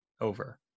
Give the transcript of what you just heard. over